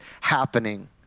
happening